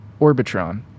Orbitron